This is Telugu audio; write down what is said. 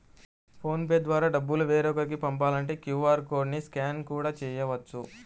ఫోన్ పే ద్వారా డబ్బులు వేరొకరికి పంపాలంటే క్యూ.ఆర్ కోడ్ ని స్కాన్ కూడా చేయవచ్చు